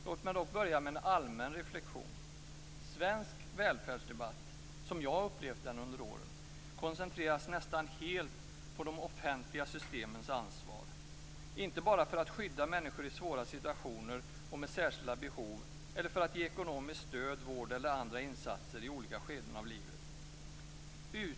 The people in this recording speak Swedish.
Låt mig dock börja med en allmän reflexion. Svensk välfärdsdebatt, som jag har upplevt den genom åren, koncentreras nästan helt på de offentliga systemens ansvar, inte bara för att skydda människor i svåra situationer och med särskilda behov eller för att ge ekonomiskt stöd, vård eller andra insatser i olika skeden av livet.